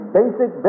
basic